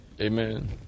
amen